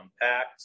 compact